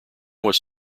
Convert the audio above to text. was